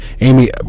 amy